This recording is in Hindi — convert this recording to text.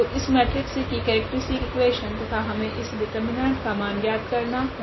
तो इस मेट्रिक्स की केरेक्ट्रीस्टिक इक्वेशन तथा हमे इस डिटर्मिनेंट का मान ज्ञात करना है